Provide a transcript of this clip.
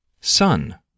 sun